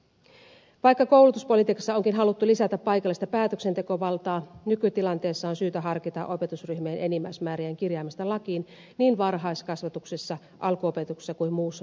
vaikka koulutuspolitiikassa onkin haluttu lisätä paikallista päätöksentekovaltaa nykytilanteessa on syytä harkita opetusryhmien enimmäismäärien kirjaamista lakiin niin varhaiskasvatuksessa alkuopetuksessa kuin muussa perusopetuksessa